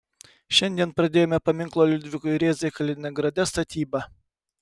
šiandien pradėjome paminklo liudvikui rėzai kaliningrade statybą